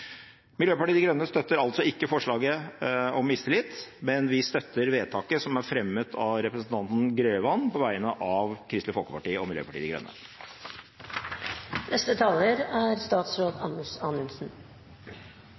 Miljøpartiet De Grønne støtter altså ikke forslaget om mistillit, men vi støtter forslaget som er fremmet av representanten Grøvan, på vegne av Kristelig Folkeparti og Miljøpartiet De